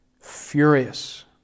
furious